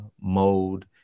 mode